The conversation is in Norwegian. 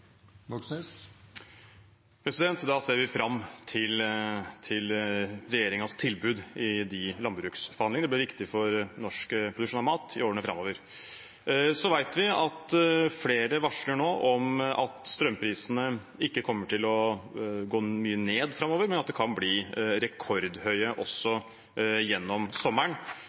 Da ser vi fram til regjeringens tilbud i de landbruksforhandlingene. Det blir viktig for norsk produksjon av mat i årene framover. Vi vet at flere nå varsler at strømprisene ikke kommer til å gå mye ned framover, men at de kan bli rekordhøye også gjennom sommeren.